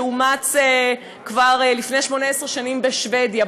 שאומץ כבר לפני 18 שנים בשבדיה.